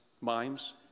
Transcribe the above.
mimes